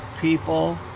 people